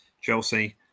Chelsea